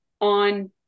on